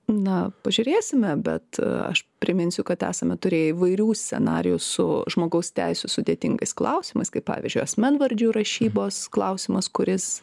na pažiūrėsime bet aš priminsiu kad esame turėję įvairių scenarijų su žmogaus teisių sudėtingais klausimais kaip pavyzdžiui asmenvardžių rašybos klausimas kuris